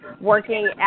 working